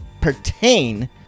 pertain